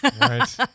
right